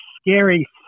scary